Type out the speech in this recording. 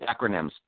acronyms